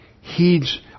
heeds